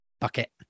bucket